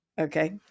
Okay